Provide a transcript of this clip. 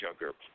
younger